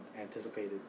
anticipated